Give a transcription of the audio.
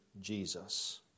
Jesus